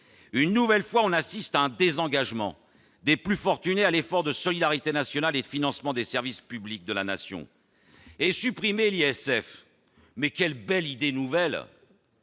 Une nouvelle fois, on assiste à un désengagement des plus fortunés de l'effort de solidarité nationale et de financement des services publics de la nation. Supprimer l'ISF, quelle belle idée nouvelle !